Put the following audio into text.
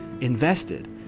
invested